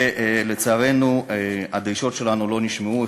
ולצערנו הדרישות שלנו לא נשמעו.